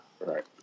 Right